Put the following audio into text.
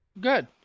Good